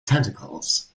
tentacles